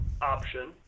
option